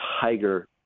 Tiger